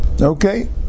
Okay